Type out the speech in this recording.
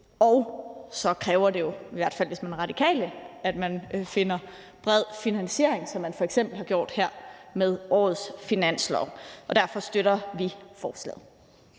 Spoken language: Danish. på det her område, og – i hvert fald hvis man er radikal – hvordan vi finder en bred finansiering, som man f.eks. har gjort her med årets finanslov. Derfor støtter vi forslaget.